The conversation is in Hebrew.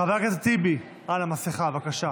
חבר הכנסת טיבי, מסכה, בבקשה.